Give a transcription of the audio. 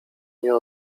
nie